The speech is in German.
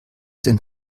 den